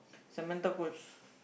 Samantha coach